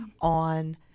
on